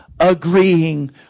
Agreeing